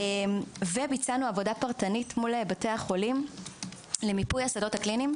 וכן ביצענו בתי החולים למיפוי השדות הקליניים.